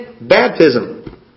baptism